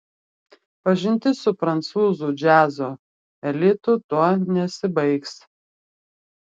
pažintis su prancūzų džiazo elitu tuo nesibaigs